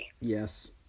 Yes